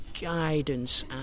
guidance